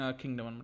kingdom